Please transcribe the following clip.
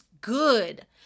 good